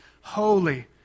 holy